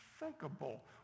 Unthinkable